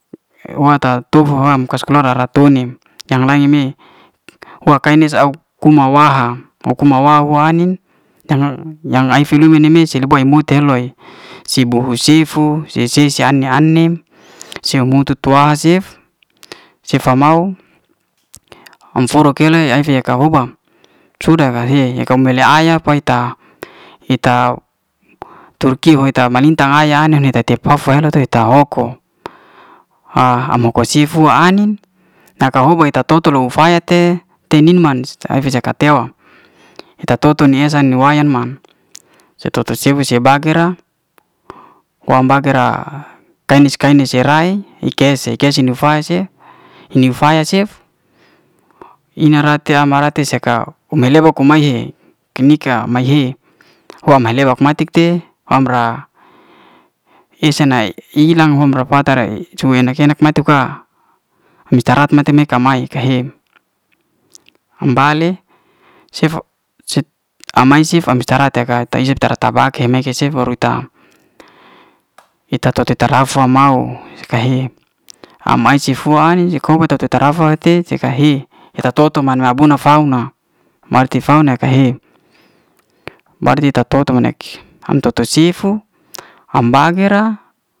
Wa tatu fam kaskaluar ra ra to nim yang lain me wa kai'ne sa kuma wa'ha. wa kuma wa'ha wa ai'nin yang a'fi lumen si li boy mute heloy sibo ho sifu si se si ai'nin an'em se mou tu to'a cef, sefa mau am forok kele ai'fi yaka hoba sudah ka he komele ayak fai'ta ita tu kebu ta malintang ayak ai'ne ta te fa- fa ta hoko am hoko sifu ai'nin na ka hoba ta to toi lu faya te nim'nam afi'sa ke te'o eta ta'to to ne esa ni waya man se to tu sebu se bage ra wam baga'ra ten's te ni se ra he ikey se. ike se nu'fasif, neuw faya sif ina rate ama rate seka um maleba kum'mae he ke nikah mae he ho mae leba hu matik te fam'ra esa nae ilang hum rafata ra'he su enak enak matu ka am istarahat mate me'ka mae ka he am bale am mae cef am istarahat te ka tera ta'baeke me ke sifu baru ta ita trafa mau ka he am mae sifu ai'nin se koba ta tra'fa te se ka he ra ta to to lam'la buna fauna, mati fauna ka he. berarti ta to tu, mana ham to tu sefu am bage ra.